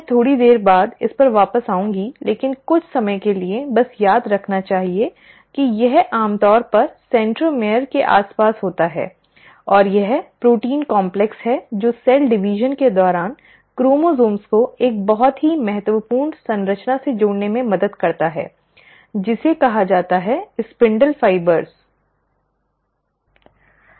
अब मैं थोड़ी देर बाद इस पर वापस आऊंगी लेकिन कुछ समय के लिए बस याद रखना चाहिए कि यह आमतौर पर सेंट्रोमियर के आसपास होता है और यह प्रोटीन कॉम्प्लेक्स है जो कोशिका विभाजन के दौरान क्रोमोसोम्स को एक बहुत ही महत्वपूर्ण संरचना से जोड़ने में मदद करता है जिसे कहा जाता है स्पिंडल फाइबर'spindle fibres'